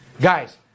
Guys